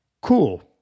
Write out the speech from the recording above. Cool